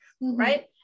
Right